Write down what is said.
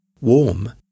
Warm